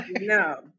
No